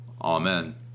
Amen